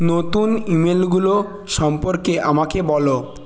নতুন ইমেলগুলো সম্পর্কে আমাকে বলো